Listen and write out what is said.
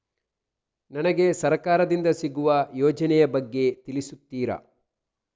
ನನಗೆ ಸರ್ಕಾರ ದಿಂದ ಸಿಗುವ ಯೋಜನೆ ಯ ಬಗ್ಗೆ ತಿಳಿಸುತ್ತೀರಾ?